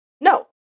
No